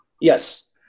Yes